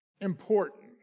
important